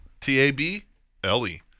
T-A-B-L-E